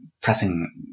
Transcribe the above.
pressing